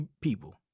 people